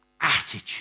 attitude